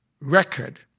Record